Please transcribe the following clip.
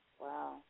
Wow